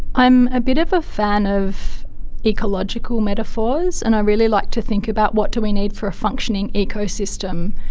i am a bit of a fan of ecological metaphors, and i really like to think about what do we need for a functioning ecosystem.